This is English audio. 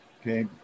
Okay